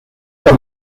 por